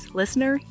listener